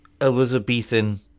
Elizabethan